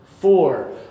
four